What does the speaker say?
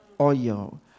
oil